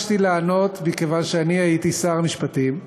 ונתבקשתי לענות מכיוון שאני הייתי שר המשפטים ב-1996,